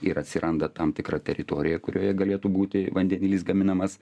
ir atsiranda tam tikra teritorija kurioje galėtų būti vandenilis gaminamas